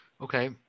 Okay